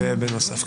קשה.